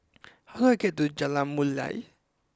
how do I get to Jalan Mulia